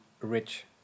rich